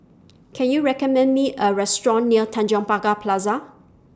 Can YOU recommend Me A Restaurant near Tanjong Pagar Plaza